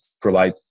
Provide